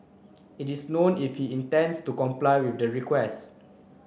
it is known if he intends to comply with the request